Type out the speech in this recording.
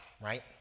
right